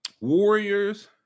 Warriors